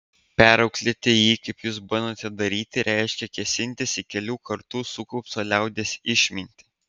perauklėti jį kaip jūs bandote daryti reiškia kėsintis į kelių kartų sukauptą liaudies išmintį